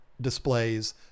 displays